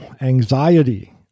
Anxiety